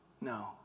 no